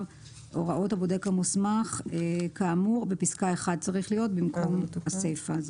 הוראות הבודק המוסמך כאמור בפסקה (1).